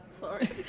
Sorry